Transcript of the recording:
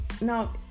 now